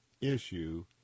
issue